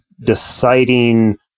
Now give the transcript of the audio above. deciding